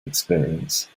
experience